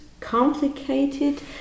complicated